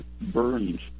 burns